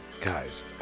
Guys